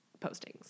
postings